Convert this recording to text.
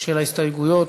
של ההסתייגויות.